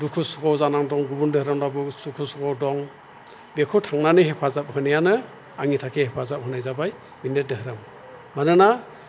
दुखु सुखुयाव जानानै दं गुबुन दोरोमबाबो उसु खुथुयाव दं बेखौ थांनानै हेफाजाब होनायानो आंनि थाखाय हेफाजाब होनाय जाबाय बेनो दोहोरोम मानोना